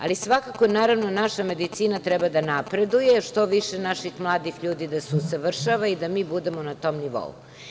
Ali, svakako naša medicina treba da napreduje, što više naših mladih ljudi da se usavršava i da mi budemo na tom nivou.